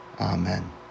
Amen